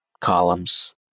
columns